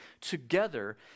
together